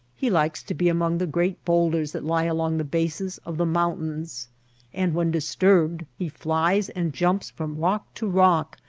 he likes to be among the great bowlders that lie along the bases of the moun tains and when disturbed he flies and jumps from rock to rock,